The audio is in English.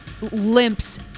limps